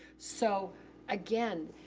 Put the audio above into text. so again,